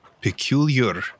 peculiar